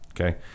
Okay